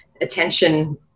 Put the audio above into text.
attention